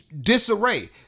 disarray